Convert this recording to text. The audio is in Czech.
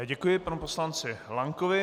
Děkuji panu poslanci Lankovi.